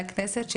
לכנסת,